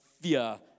fear